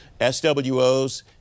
SWOs